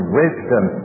wisdom